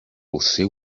posee